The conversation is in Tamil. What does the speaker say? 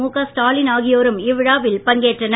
முக ஸ்டாலின் ஆகியோரும் இவ்விழாவில் பங்கேற்றனர்